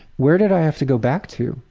where did i have to go back to?